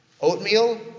oatmeal